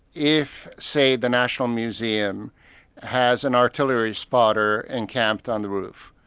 if, say, the national museum has an artillery spotter encamped on the roof.